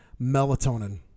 melatonin